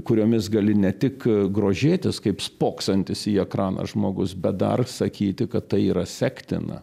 kuriomis gali ne tik grožėtis kaip spoksantis į ekraną žmogus bet dar sakyti kad tai yra sektina